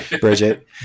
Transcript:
Bridget